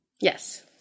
Yes